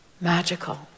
magical